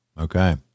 Okay